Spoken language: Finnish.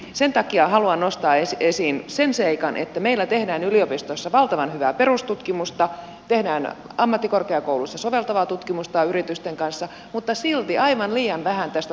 sen takia haluan nostaa esiin sen seikan että meillä tehdään yliopistoissa valtavan hyvää perustutkimusta tehdään ammattikorkeakouluissa soveltavaa tutkimusta yritysten kanssa mutta silti aivan liian vähän tästä